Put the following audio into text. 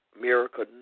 Miracle